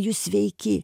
jūs sveiki